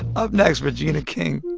up next, regina king